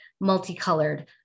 multicolored